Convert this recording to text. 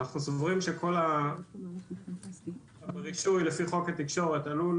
אנחנו סבורים שהרישוי לפי חוק התקשורת עלול